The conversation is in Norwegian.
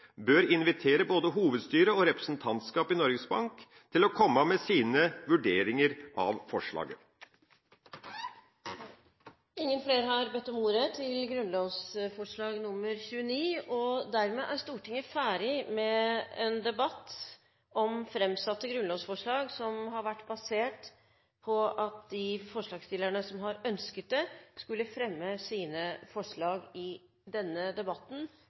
bør invitere både hovedstyret og representantskapet i Norges Bank til å komme med sine vurderinger av forslaget. Flere har ikke bedt om ordet til grunnlovsforslag nr. 29, og sak nr. 1 er dermed ferdigbehandlet. Dermed er Stortinget ferdig med en debatt om framsatte grunnlovsforslag, som har vært basert på at de forslagsstillerne som ønsket det, skulle fremme sine forslag i denne debatten